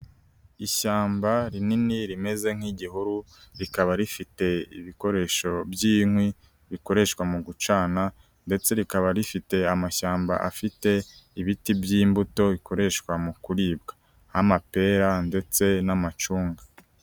Ishyamba rinini rimeze nk'igihuru rikaba rifite ibikoresho by'inkwi bikoreshwa mu gucana ndetse rikaba rifite amashyamba afite ibiti by'imbuto bikoreshwa mu kuribwa, amapera ndetse n'amacunga.